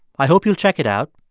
i hope you'll check it out.